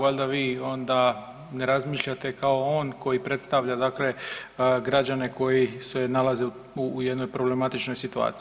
Valjda vi onda ne razmišljate kao on koji predstavlja dakle građane koji se nalaze u jednoj problematičnoj situaciji.